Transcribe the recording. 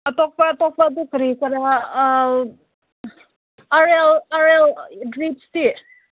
ꯑꯇꯣꯞꯄ ꯑꯇꯣꯞꯄ ꯀꯔꯤ ꯀꯔꯥ ꯑꯔꯦꯜ ꯑꯔꯦꯜ ꯒ꯭ꯂꯤꯠꯁꯇꯤ